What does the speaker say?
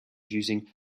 using